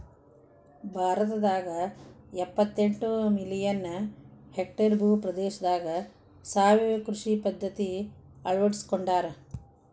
ಭಾರತದಾಗ ಎಪ್ಪತೆಂಟ million hectare ಭೂ ಪ್ರದೇಶದಾಗ ಸಾವಯವ ಕೃಷಿ ಪದ್ಧತಿ ಅಳ್ವಡಿಸಿಕೊಂಡಾರ